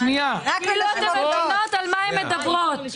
כאילו הן מבינות על מה הן מדברות.